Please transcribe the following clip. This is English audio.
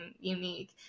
unique